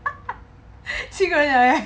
七个人 liao leh